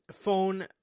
phone